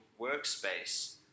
workspace